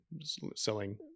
selling